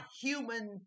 human